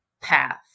path